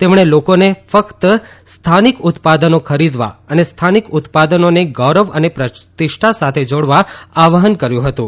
તેમણે લોકોને ફક્ત સ્થાનિક ઉત્પાદનો ખરીદવા અને સ્થાનિક ઉત્પાદનોને ગૌરવ અને પ્રતિષ્ઠા સાથે જોડવા આહવાન કર્યું હતું